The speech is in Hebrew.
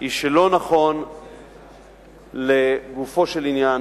היא שלא נכון לגופו של עניין